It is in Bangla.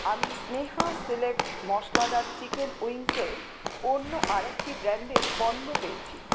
আমি স্নেহা সিলেক্ট মশলাদার চিকেন উইংসের অন্য আরেকটি ব্র্যান্ডের পণ্য পেয়েছি